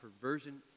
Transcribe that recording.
perversion